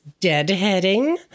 deadheading